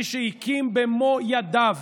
מי שהקימו במו ידיהם